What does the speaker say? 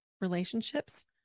relationships